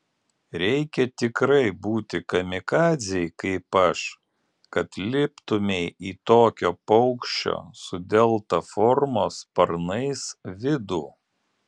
reikia tikrai būti kamikadzei kaip aš kad liptumei į tokio paukščio su delta formos sparnais vidų